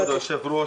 כבוד היושב ראש,